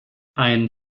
ein